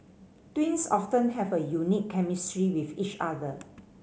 twins often have a unique chemistry with each other